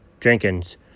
Jenkins